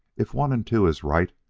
if one and two is right,